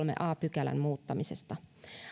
a pykälän muuttamisesta